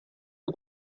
for